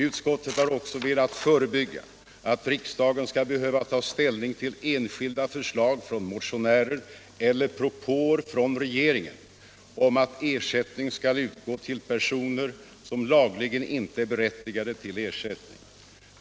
Utskottet har också velat förebygga att riksdagen skall behöva ta ställning till enskilda förslag från motionärer eller propåer från regeringen om att ersättning skall utgå till personer som lagligen inte är berättigade till ersättning.